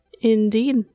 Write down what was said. indeed